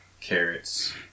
carrots